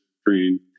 screen